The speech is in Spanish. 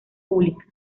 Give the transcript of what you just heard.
públicas